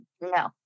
no